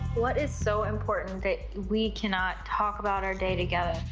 what is so important that we cannot talk about our day together?